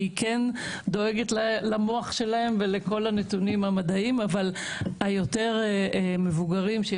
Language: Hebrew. אני כן דואגת למוח שלהם ולכל הנתונים המדעיים אבל היותר מבוגרים.